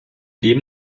dem